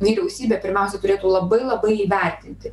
vyriausybė pirmiausiai turėtų labai labai įvertinti